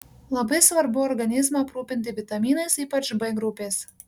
labai svarbu organizmą aprūpinti vitaminais ypač b grupės